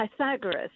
Pythagoras